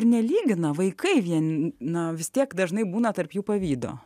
ir nelygina vaikai vien na vis tiek dažnai būna tarp jų pavydo